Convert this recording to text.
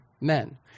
men